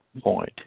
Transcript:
point